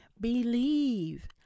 Believe